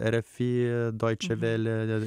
refi doiče velė